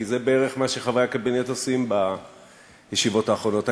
כי זה בערך מה שחברי הקבינט עושים בישיבות האחרונות.